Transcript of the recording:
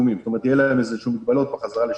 יהיו להם איזה שהן מגבלות בחזרה לשגרה.